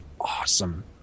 awesome